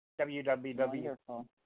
www